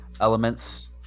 elements